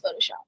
Photoshop